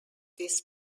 this